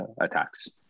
attacks